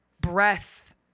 breath